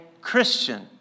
Christian